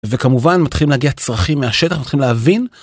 וכמובן מתחילים להגיע צרכים מהשטח, מתחילים להבין.